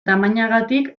tamainagatik